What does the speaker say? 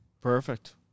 perfect